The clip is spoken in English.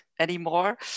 anymore